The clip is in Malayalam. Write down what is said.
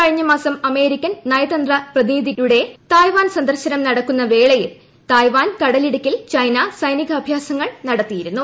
കഴിഞ്ഞ മാസം അമേരിക്കൻ നയതന്ത്ര പ്രതിനിധിയുടെ തായ്വാൻ സന്ദർശനം നടക്കുന്ന വേളയിൽ തായ്വാൻ കടലിടുക്കിൽ ചൈന സൈനികാഭ്യാസങ്ങൾ നടത്തിയിരുന്നു